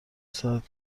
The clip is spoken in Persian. ساعت